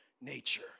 nature